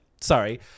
sorry